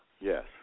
Yes